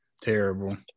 terrible